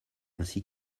ainsi